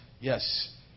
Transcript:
yes